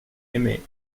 aimé